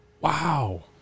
Wow